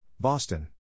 Boston